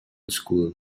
school